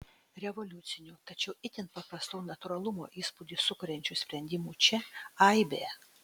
revoliucinių tačiau itin paprastų natūralumo įspūdį sukuriančių sprendimų čia aibė